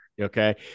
okay